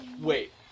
Wait